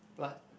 what